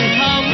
come